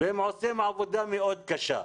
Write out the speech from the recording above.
והם עושים עבודה מאוד קשה.